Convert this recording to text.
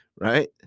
right